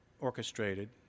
orchestrated